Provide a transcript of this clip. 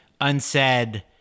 unsaid